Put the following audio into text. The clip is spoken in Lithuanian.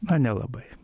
na nelabai